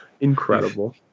Incredible